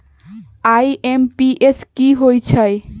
IMPS की होईछइ?